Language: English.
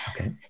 Okay